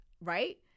Right